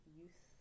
youth